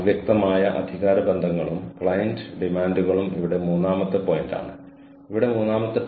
പിന്നെ അവർ ഞാൻ എന്താണ് ചെയ്തത് എന്ന് ചോദിച്ചു